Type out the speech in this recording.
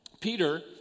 Peter